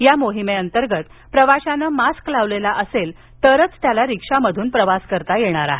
या मोहिमेअंतर्गत प्रवाशानं मास्क लावलेला असेल तरच त्याला रिक्षामधून प्रवास करता येणार आहे